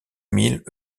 mille